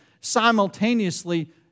simultaneously